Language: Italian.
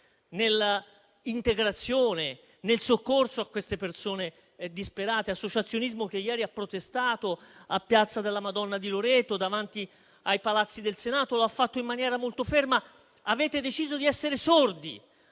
nell'integrazione e nel soccorso a queste persone disperate, associazionismo che ieri ha protestato in piazza della Madonna di Loreto e davanti ai palazzi del Senato, in maniera molto ferma. Avete deciso di essere sordi